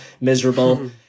miserable